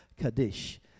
Kaddish